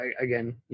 again